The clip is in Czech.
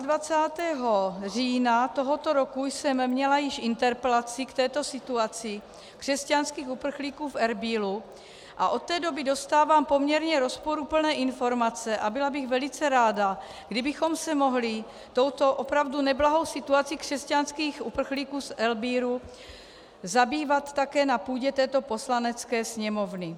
22. října tohoto roku jsem měla již interpelaci k této situaci křesťanských uprchlíků v Erbílu a od té doby dostávám poměrně rozporuplné informace a byla bych velice ráda, kdybychom se mohli touto opravdu neblahou situací křesťanských uprchlíků z Erbílu zabývat také na půdě této Poslanecké sněmovny.